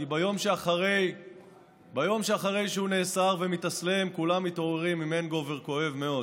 כי ביום שאחרי שהוא נאסר ומתאסלם כולם מתעוררים אם הנגאובר כואב מאוד.